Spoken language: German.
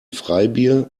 freibier